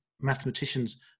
mathematicians